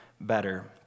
better